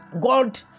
God